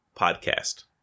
podcast